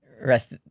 Rest